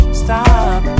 stop